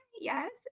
yes